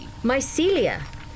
Mycelia